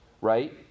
right